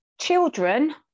Children